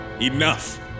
Enough